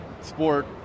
Sport